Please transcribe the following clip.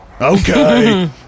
Okay